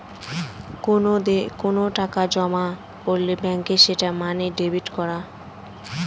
কোনো টাকা জমা করলে ব্যাঙ্কে সেটা মানে ডেবিট করা